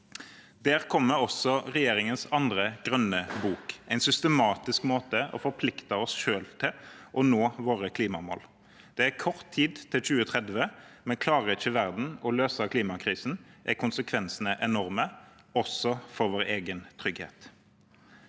Der kommer også regjeringens andre grønne bok, en systematisk måte å forplikte oss selv til å nå våre klimamål på. Det er kort tid til 2030, men klarer ikke verden å løse klimakrisen, er konsekvensene enorme, også for vår egen trygghet.